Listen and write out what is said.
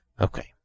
Okay